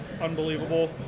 unbelievable